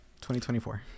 2024